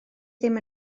ddim